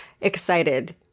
excited